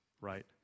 right